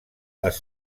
les